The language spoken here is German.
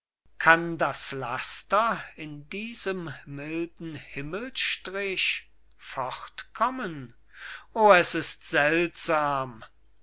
kann das laster in diesem milden himmelstrich fortkommen o es ist seltsam